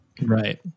right